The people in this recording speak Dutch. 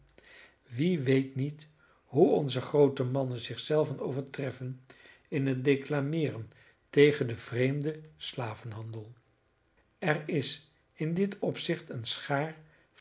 wie weet niet hoe onze groote mannen zich zelven overtreffen in het declameeren tegen den vreemden slavenhandel er is in dit opzicht een schaar